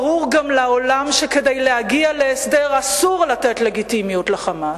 ברור גם לעולם שכדי להגיע להסדר אסור לתת לגיטימיות ל"חמאס",